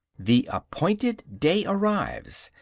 the appointed day arrives,